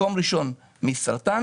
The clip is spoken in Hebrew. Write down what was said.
מקום ראשון מסרטן,